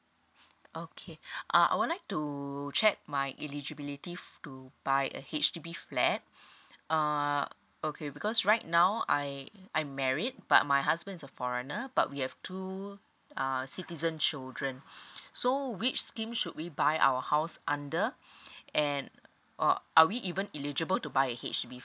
okay uh I would like to check my eligibility to buy a H_D_B flat uh okay because right now I I'm married but my husband is a foreigner but we have two err citizen children so which scheme should we buy our house under and or are we even eligible to buy a H_D_B